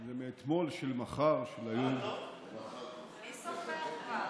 זה מאתמול של מחר, של היום, מי סופר כבר.